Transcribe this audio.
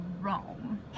Rome